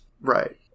Right